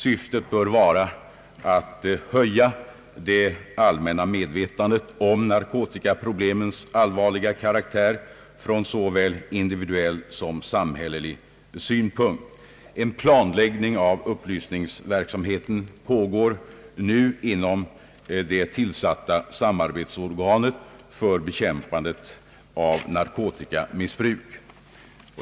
Syftet bör vara att höja det allmänna medvetandet om narkotikaproblemens allvarliga karaktär från såväl individuell som samhällelig synpunkt. En planläggning av upplysningsverksamheten pågår inom det tillsatta samarbetsorganet för bekämpandet av narkotikamissbruk.